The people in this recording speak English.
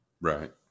Right